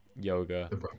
yoga